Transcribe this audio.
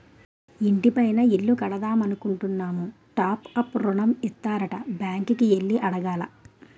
ఇంటి పైన ఇల్లు కడదామనుకుంటున్నాము టాప్ అప్ ఋణం ఇత్తారట బ్యాంకు కి ఎల్లి అడగాల